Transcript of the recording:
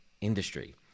industry